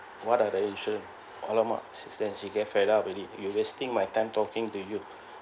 what are the insurance !alamak! then she get fed up already you wasting my time talking to you